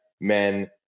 men